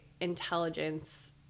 intelligence